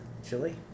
Chili